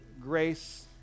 grace